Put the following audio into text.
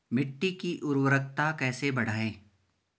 मिट्टी की उर्वरकता कैसे बढ़ायें?